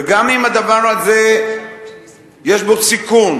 וגם אם הדבר הזה יש בו סיכון,